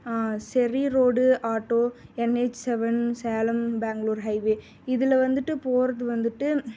செரி road auto NH seven Salem Bangalore highway இதில் வந்துட்டு போவது வந்துட்டு